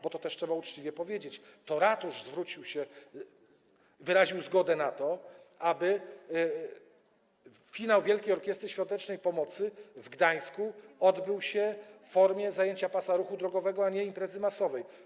Bo to też trzeba uczciwie powiedzieć, to ratusz wyraził zgodę na to, aby finał Wielkiej Orkiestry Świątecznej Pomocy w Gdańsku odbył się w formie zajęcia pasa ruchu drogowego, a nie imprezy masowej.